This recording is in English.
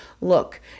look